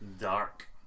Dark